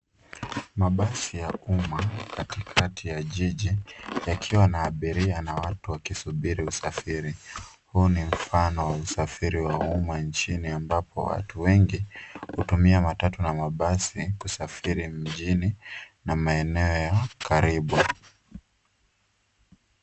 Mabasi ya umma katikati ya jiji yakiwa na abiria na watu wakisubiri usafiri. Huu ni mfano wa usafiri wa umma nchini ambapo watu wengi hutumia matatu na mabasi kusafiri mjini na maeneo ya karibu.